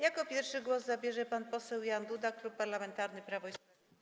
Jako pierwszy głos zabierze pan poseł Jan Duda, Klub Parlamentarny Prawo i Sprawiedliwość.